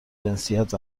جنسیت